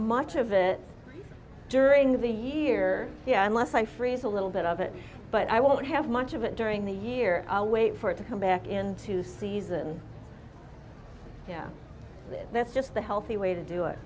much of it during the year yeah unless i freeze a little bit of it but i won't have much of it during the year i'll wait for it to come back into season yeah that's just the healthy way to do